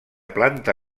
planta